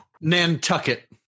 Nantucket